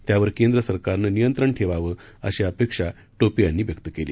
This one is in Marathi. त्यावर केंद्रसरकारनं नियंत्रण ठेवावं अशी अपेक्षा टोपे यांनी व्यक्त केली